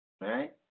right